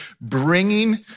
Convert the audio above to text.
bringing